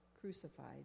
crucified